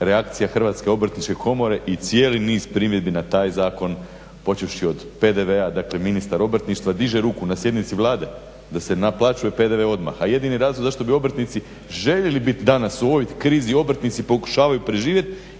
reakcija Hrvatske obrtničke komore i cijeli niz primjedbi na taj zakon, počevši od PDV-a, dakle ministar obrtništva diže ruku na sjednici Vlade da se naplaćuje PDV odmah, a jedini razlog zašto bi obrtnici željeli biti danas u ovoj krizi obrtnici pokušavaju preživjeti